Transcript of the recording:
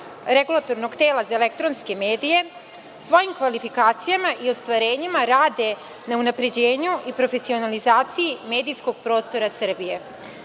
regulatornog tela za elektronske medije, svojim kvalifikacijama i ostvarenjima rade na unapređenju i profesionalizaciji medijskog prostora Srbije. Ne